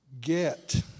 get